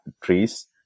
trees